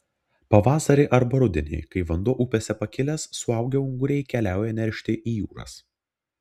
pavasarį arba rudenį kai vanduo upėse pakilęs suaugę unguriai keliauja neršti į jūras